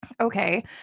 okay